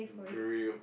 grilled